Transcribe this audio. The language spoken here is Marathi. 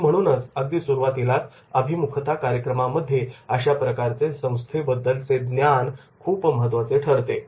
आणि म्हणूनच अगदी सुरुवातीलाच अभिमुखता कार्यक्रमामध्ये अशाप्रकारचे संस्थेबद्दलचे ज्ञान खूपच महत्त्वाचे ठरते